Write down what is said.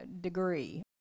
degree